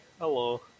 hello